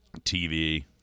TV